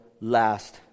last